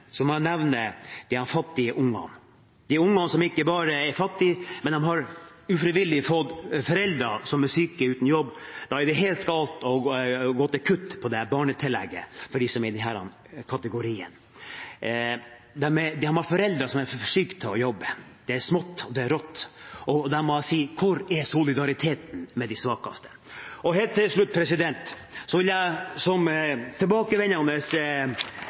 jeg nevne de fattige ungene – de ungene som ikke bare er fattige, men som ufrivillig har fått foreldre som er syke og uten jobb. Det er helt galt å kutte i barnetillegget for dem som er i disse kategoriene. De har foreldre som er for syke til å jobbe. Det er smått, og det er rått. Da må jeg si: Hvor er solidariteten med de svakeste? Helt til slutt vil jeg som tilbakevendende